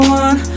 one